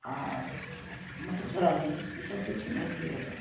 आ मधुश्रामणी ई सब होइ छै मिथिले कऽ